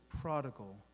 prodigal